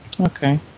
Okay